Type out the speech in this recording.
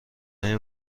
های